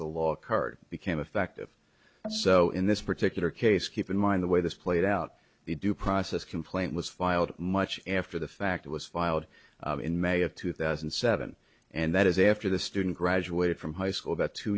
the law occurred became effective so in this particular case keep in mind the way this played out the due process complaint was filed much after the fact it was filed in may of two thousand and seven and that is after the student graduated from high school about two